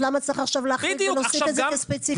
אז למה צריך להכניס את זה עכשיו ספציפית,